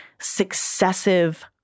successive